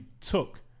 took